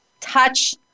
touch